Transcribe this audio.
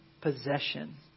possession